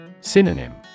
Synonym